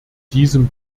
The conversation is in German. diesem